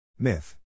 myth